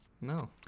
No